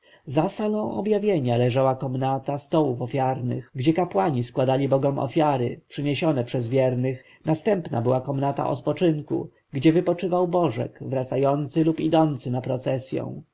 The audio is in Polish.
salą objawienia leżała komnata stołów ofiarnych gdzie kapłani składali bogom dary przyniesione przez wiernych następną była komnata odpoczynku gdzie wypoczywał bożek wracający lub idący na procesję